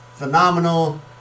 phenomenal